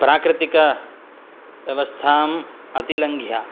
प्राकृतिकव्यवस्थाम् अतिलङ्घ्या